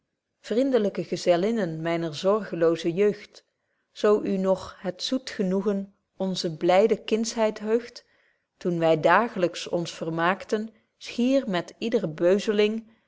vriendelyke gezellinnen myner zorgelooze jeugd zoo u noch het zoet genoegen onze blyde kindschheid heugt toen wy daaglyks ons vermaakten schier met ydre beuzeling